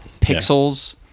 Pixels